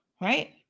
Right